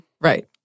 Right